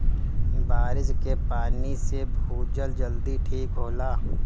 बारिस के पानी से भूजल जल्दी ठीक होला